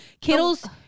Kittles